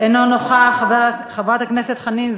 אינו נוכח, חברת הכנסת חנין זועבי,